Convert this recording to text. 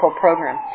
program